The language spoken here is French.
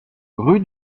rue